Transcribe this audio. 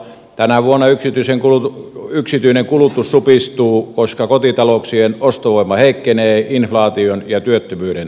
tänä vuonna yksityinen kulutus supistuu koska kotitalouksien ostovoima heikkenee inflaation ja työttömyyden takia